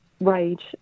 rage